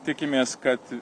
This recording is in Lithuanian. tikimės kad